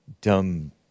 Dumb